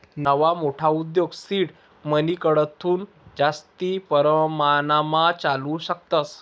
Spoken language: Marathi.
नवा मोठा उद्योग सीड मनीकडथून जास्ती परमाणमा चालावू शकतस